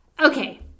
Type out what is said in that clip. Okay